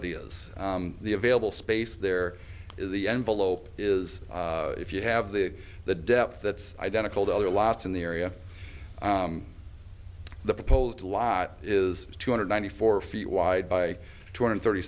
it is the available space there the envelope is if you have the the depth that's identical to other lots in the area the proposed lot is two hundred ninety four feet wide by two hundred thirty